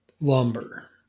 Lumber